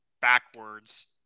backwards